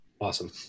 Awesome